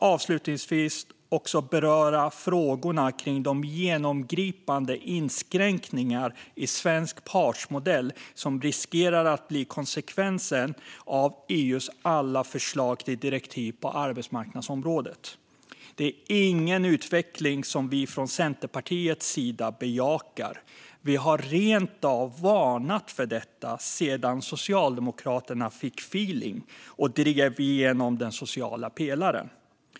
Avslutningsvis vill jag beröra frågan om de genomgripande inskränkningar i svensk partsmodell som riskerar att bli konsekvensen av EU:s alla förslag till direktiv på arbetsmarknadsområdet. Det här är ingen utveckling som vi från Centerpartiet bejakar. Vi har rent av varnat för detta sedan Socialdemokraterna fick feeling och drev igenom den sociala pelaren.